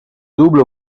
double